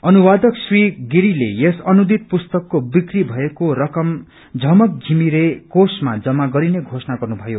अनुवादका श्री गिरीले यस अनुदित पुस्तकको बिक्की मएको रकम झमक षिमिरे कोषमा जम्मा गरिने घोषणा गर्नुभयो